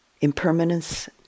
impermanence